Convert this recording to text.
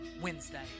Wednesday